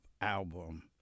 album